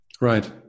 Right